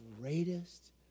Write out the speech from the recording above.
greatest